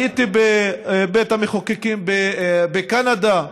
הייתי בבית המחוקקים בקנדה,